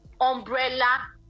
umbrella